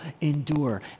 endure